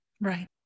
Right